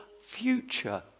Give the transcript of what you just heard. future